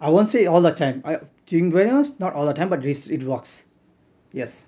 I won't say all the time I to be very honest not all the time but yes it works yes